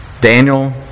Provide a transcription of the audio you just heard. Daniel